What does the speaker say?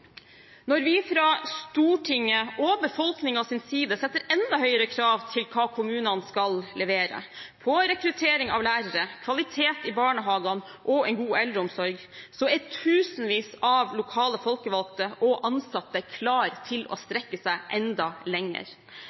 Når vi fra Stortingets og befolkningens side stiller enda høyere krav til hva kommunene skal levere – når det gjelder rekruttering av lærere, kvalitet i barnehagene og en god eldreomsorg – er tusenvis av lokalt folkevalgte og ansatte klare til å strekke seg enda lenger.